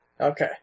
Okay